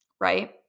right